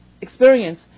experience